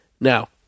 Now